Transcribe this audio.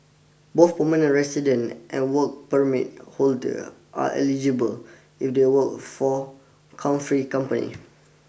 both permanent resident and work permit holder are eligible if they work for chauffeur company